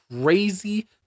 crazy